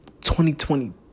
2020